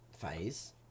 phase